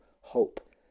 hope